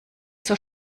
zur